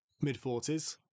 mid-40s